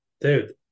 dude